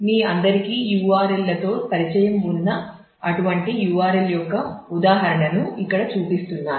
మీ అందరికీ URL లతో పరిచయం ఉన్న అటువంటి URL యొక్క ఉదాహరణను ఇక్కడ చూపిస్తున్నాను